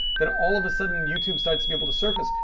then all of a sudden, youtube starts to be able to surface.